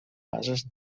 bases